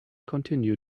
continue